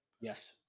yes